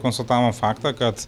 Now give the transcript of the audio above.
konsultavimo faktą kad